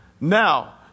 now